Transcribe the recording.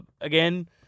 Again